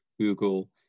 Google